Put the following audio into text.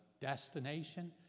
destination